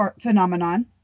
phenomenon